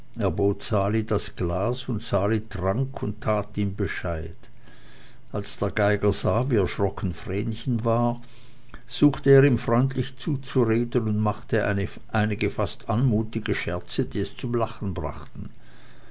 das volle glas und sali trank und tat ihm bescheid als der geiger sah wie erschrocken vrenchen war suchte er ihm freundlich zuzureden und machte einige fast anmutige scherze die es zum lachen brachten